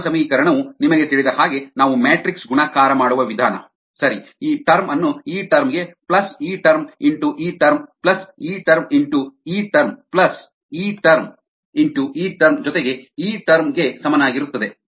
ನಮ್ಮ ಸಮೀಕರಣವು ನಿಮಗೆ ತಿಳಿದ ಹಾಗೆ ನಾವು ಮ್ಯಾಟ್ರಿಕ್ಸ್ ಗುಣಾಕಾರ ಮಾಡುವ ವಿಧಾನ ಸರಿ ಈ ಟರ್ಮ್ ಅನ್ನು ಈ ಟರ್ಮ್ ಗೆ ಪ್ಲಸ್ ಈ ಟರ್ಮ್ ಇಂಟು ಈ ಟರ್ಮ್ ಪ್ಲಸ್ ಈ ಟರ್ಮ್ ಇಂಟು ಈ ಟರ್ಮ್ ಪ್ಲಸ್ ಈ ಟರ್ಮ್ ಇಂಟು ಈ ಟರ್ಮ್ ಜೊತೆಗೆ ಈ ಟರ್ಮ್ ಗೆ ಸಮನಾಗಿರುತ್ತದೆ